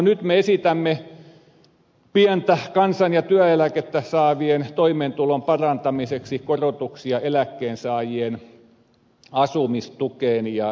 nyt me esitämme pientä kansan ja työeläkettä saavien toimeentulon parantamiseksi korotuksia eläkkeensaajien asumistukeen